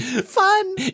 Fun